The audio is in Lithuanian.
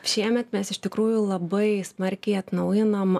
šiemet mes iš tikrųjų labai smarkiai atnaujinam